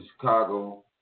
Chicago